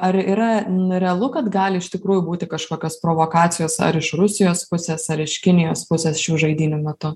ar yra realu kad gali iš tikrųjų būti kažkokios provokacijos ar iš rusijos pusės ar iš kinijos pusės šių žaidynių metu